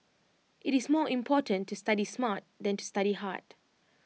IT is more important to study smart than to study hard